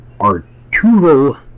Arturo